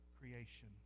creation